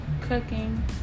Cooking